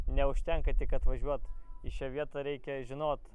neužtenka tik atvažiuot į šią vietą reikia žinot